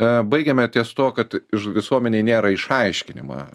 a baigėme ties tuo kad iš visuomenei nėra išaiškinimą